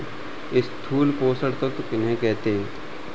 स्थूल पोषक तत्व किन्हें कहते हैं?